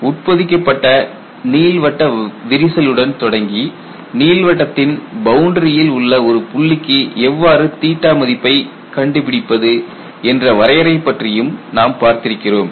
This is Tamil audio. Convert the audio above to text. உட்பொதிக்கப்பட்ட நீள்வட்ட விரிசல் உடன் தொடங்கி நீள்வட்டத்தின் பவுண்டரியில் உள்ள ஒரு புள்ளிக்கு எவ்வாறு மதிப்பை கண்டுபிடிப்பது என்ற வரையறை பற்றியும் நாம் பார்த்திருக்கிறோம்